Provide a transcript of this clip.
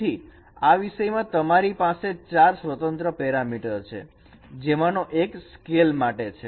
તેથી આ વિષય માં તમારી પાસે ચાર સ્વતંત્ર પેરામીટર છે જેમાંનો એક સ્કેલ માટે છે